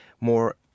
more